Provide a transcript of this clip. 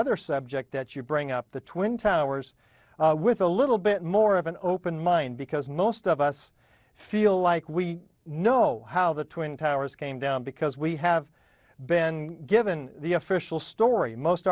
other subject that you bring up the twin towers with a little bit more of an open mind because most of us feel like we know how the twin towers came down because we have been given the official story most